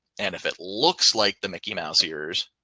and if it looks like the mickey mouse ears,